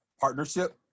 partnership